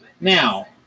Now